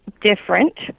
different